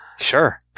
Sure